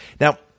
Now